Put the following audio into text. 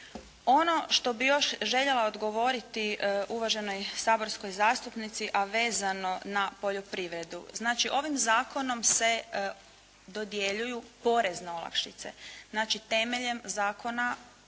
Ono što bih još željela odgovoriti uvaženoj saborskoj zastupnici a vezano na poljoprivredu. Znači, ovim zakonom se dodjeljuju porezne olakšice. Znači, temeljem ovog